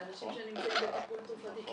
לאנשים שנמצאים בטיפול תרופתי.